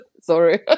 sorry